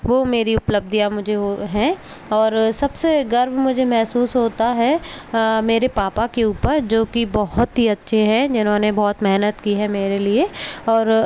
वो मेरी उपलब्धियाँ मुझे हैं और सबसे गर्व मुझे महसूस होता है मेरे पापा के ऊपर जो की बहुत ही अच्छे हैं जिन्होंने बहुत मेहनत की है मेरे लिए और